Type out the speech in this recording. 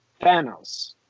Thanos